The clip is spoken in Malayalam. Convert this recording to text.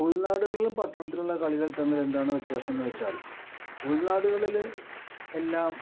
ഉൾനാടുകളിലും പട്ടണത്തിലുമുള്ള കളികൾ തമ്മിൽ എന്താണു വ്യത്യാസം എന്നു വച്ചാൽ ഉൾനാടുകളിൽ എല്ലാം